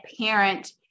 parent